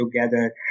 together